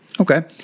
Okay